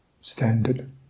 standard